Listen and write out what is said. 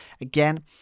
Again